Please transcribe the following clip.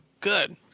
Good